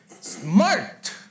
smart